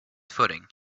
footing